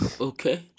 Okay